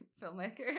filmmaker